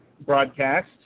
broadcast